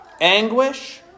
anguish